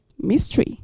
mystery